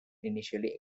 initially